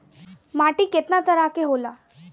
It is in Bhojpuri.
माटी केतना तरह के होला?